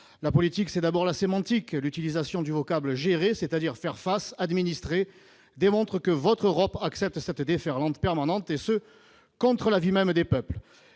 La politique, c'est d'abord la sémantique : l'utilisation du vocable « gérer », c'est-à-dire faire face, administrer démontre que votre Europe « accepte » cette déferlante permanente, et ce contre l'avis même des peuples